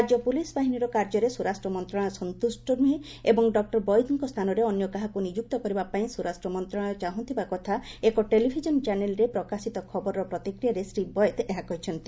ରାଜ୍ୟ ପୁଲିସ୍ ବାହିନୀର କାର୍ଯ୍ୟରେ ସ୍ୱରାଷ୍ଟ୍ରମନ୍ତ୍ରଣାଳୟ ସନ୍ତୁଷ୍ଟ ନୁହେଁ ଏବଂ ଡକ୍କର ବୈଦ୍ୟଙ୍କ ସ୍ଥାନରେ ଅନ୍ୟ କାହାକୁ ନିଯୁକ୍ତ କରିବା ପାଇଁ ସ୍ୱରାଷ୍ଟ୍ର ମନ୍ତ୍ରଣାଳୟ ଚାହୁଁଥିବା କଥା ଏକ ଟେଲିଭିଜନ୍ ଚ୍ୟାନେଲ୍ରେ ପ୍ରକାଶିତ ଖବରର ପ୍ରତିକ୍ରିୟାରେ ଶ୍ରୀ ବୈଦ୍ୟ ଏହା କହିଛନ୍ତି